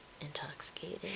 intoxicated